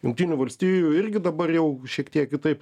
jungtinių valstijų irgi dabar jau šiek tiek kitaip